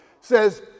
says